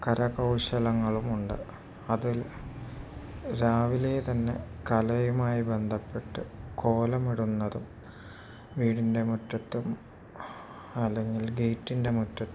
കരകൗശലങ്ങളുമുണ്ട് അതിൽ രാവിലെ തന്നെ കലയുമായി ബന്ധപ്പെട്ടു കോലമിടുന്നതും വീടിൻ്റെ മുറ്റത്തും അല്ലെങ്കിൽ ഗേറ്റിൻ്റെ മുറ്റത്തും